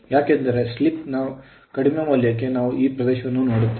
ಏಕೆಂದರೆ slip slip ನ ಕಡಿಮೆ ಮೌಲ್ಯಕೆ ನಾವು ಈ ಪ್ರದೇಶವನ್ನು ನೋಡುತ್ತೇವೆ